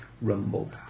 rumble